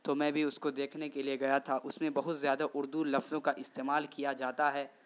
تو میں بھی اس کو دیکھنے کے لیے گیا تھا اس میں بہت زیادہ اردو لفظوں کا استعمال کیا جاتا ہے